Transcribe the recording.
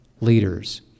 leaders